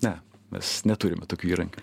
ne mes neturime tokių įrankių